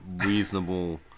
reasonable